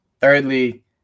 Thirdly